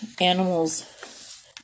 Animals